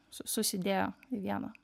susidėjo į vieną